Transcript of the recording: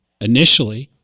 initially